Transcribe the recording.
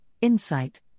insight